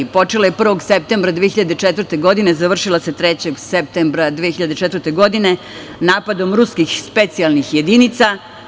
Počela je 1. septembra 2004. godine, završila se 3. septembra 2004. godine napadom ruskih specijalnih jedinica.